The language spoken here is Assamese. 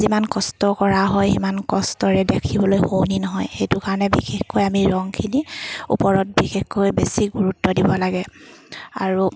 যিমান কষ্ট কৰা হয় সিমান কষ্টৰে দেখিবলৈ শুৱনি নহয় সেইটো কাৰণে বিশেষকৈ আমি ৰংখিনি ওপৰত বিশেষকৈ বেছি গুৰুত্ব দিব লাগে আৰু